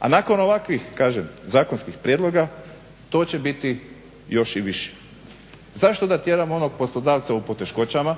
A nakon ovakvih, kažem zakonskih prijedloga to će biti još i više. Zašto da tjeramo onog poslodavca u poteškoćama